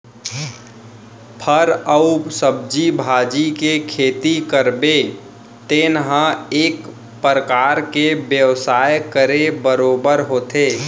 फर अउ सब्जी भाजी के खेती करबे तेन ह एक परकार ले बेवसाय करे बरोबर होथे